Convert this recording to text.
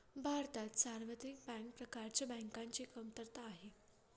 भारतात सार्वत्रिक बँक प्रकारच्या बँकांची कमतरता आहे